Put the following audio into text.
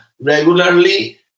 regularly